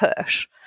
push